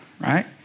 right